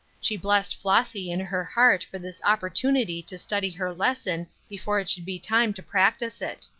she blessed flossy in her heart for this opportunity to study her lesson before it should be time to practise it.